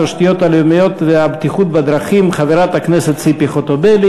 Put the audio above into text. התשתיות הלאומיות והבטיחות בדרכים חברת הכנסת ציפי חוטובלי.